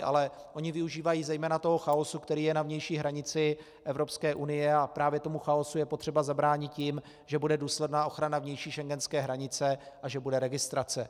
Ale oni využívají zejména chaosu, který je na vnější hranici Evropské unie, a právě tomu chaosu je potřeba zabránit tím, že bude důsledná ochrana vnější schengenské hranice a že bude registrace.